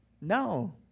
no